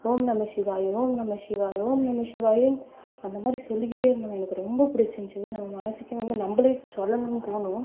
ஓம் நமசிவாய ஓம் நமசிவாய ஓம் நமசிவாயன்னு அந்த மாதிரி சொல்லிக்கிட்டே இருந்தாங்க எனக்கு ரொம்ப பிடிச்சிருந்துச்சு இதே நம்ப மனதுக்கே வந்து நம்பளே சொல்லணும்னு தோணும்